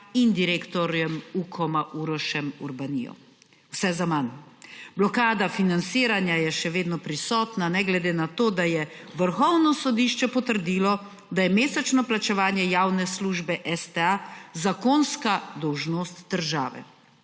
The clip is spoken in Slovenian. in direktorjem Ukoma, Urošem Urbanijo. Vse zaman. Blokada financiranja je še vedno prisotna, ne glede na to, da je Vrhovno sodišče potrdilo, da je mesečno plačevanje javne službe STA zakonska dolžnost države.